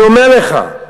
אני אומר לך,